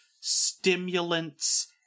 stimulants